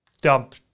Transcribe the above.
dump